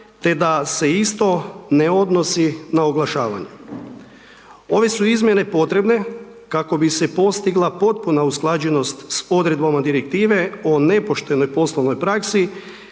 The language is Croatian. te da se isto ne odnosi na oglašavanje. Ove su izmjene potrebne, kako bi se postigla potpuna usklađenost s odredbama direktive o nepoštenoj poslovnoj praksi,